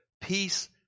peace